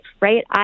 right